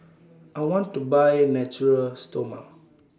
I want to Buy Natura Stoma